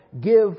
give